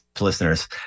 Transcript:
listeners